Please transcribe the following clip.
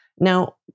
Now